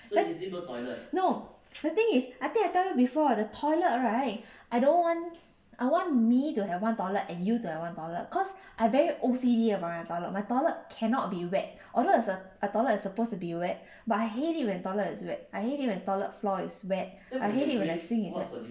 then no the thing is I think I tell you before the toilet right I don't want I want me to have one toilet and you to have one toilet cause I very O_C_D about my toilet my toilet cannot be wet although the a toilet is supposed to be wet but I hate it when toilet is wet I hate it when toilet floor is wet I hate it when the sink is wet